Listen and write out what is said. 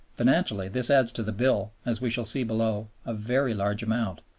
financially this adds to the bill, as we shall see below, a very large amount,